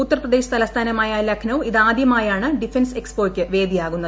ഉത്തർപ്രദേശ് തലസ്ഥാനമായ ലഖ്നൌ ഇതാദൃമായാണ് ഡിഫൻസ് എക്സ്പോയ്ക്ക് വേദിയാകുന്നത്